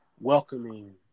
welcoming